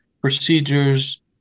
procedures